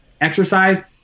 exercise